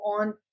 on